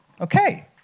okay